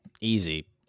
Easy